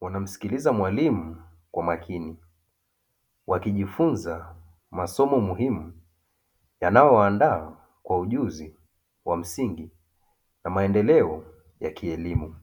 wanamsikiliza mwalimu kwa makini, wakijifunza masomo muhimu yanayowaandaa kwa ujuzi wa msingi na maendeleo ya kielimu.